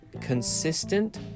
consistent